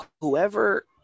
whoever